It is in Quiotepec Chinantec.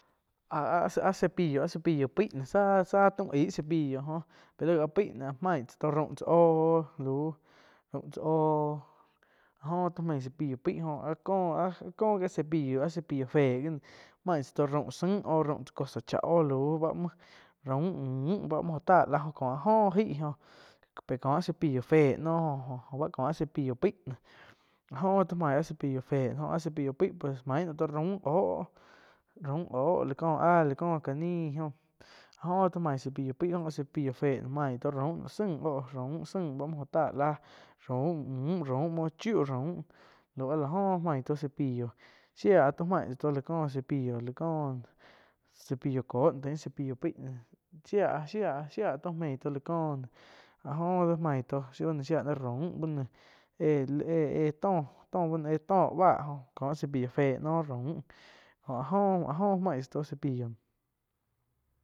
Áh-áh cepillo-cepillo pai záh, záh taum aíh cepillo joh éh laih áh pai áh main tzá tóh raum óoh, oh lauh raum tsá óoh oh jo tóh meih cepillo pai jóh áh có áh có áh cepillo áh cepillo féh gi noh main tsá tó raum zain oh raum tsá cosa chá oh au ba muoh raum müh, báh muoh jó táh láh có áh joh aig jo pe có áh cepillo féh noh jo-jo có ah cepillo paih noh áh joh to main áh cepillo fé oh áh cepillo paih main toh toh raum óhh oh raum óh la cóh áh la có ká nih oh jho tó main cepillo pai. Áh cepillo féh main tóh tóh raum zain oh, raum zain bá muo oh táh láh raum müh raum uin chiu raum lau áh joh main tóh cepillo shia to main tsa tóh la kóh cepillo la có cepillo kóh tain cepillo paih shía-shía to mein tóh la cóh néh áh jo da main tóh shiu shía na raum bu noh éh, éh-éh tóh to ba no éh toh báh jo ko cepillo féh no raum jo áh go main tsá tó cepillo.